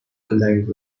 client